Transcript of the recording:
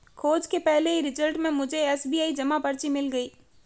खोज के पहले ही रिजल्ट में मुझे एस.बी.आई जमा पर्ची मिल गई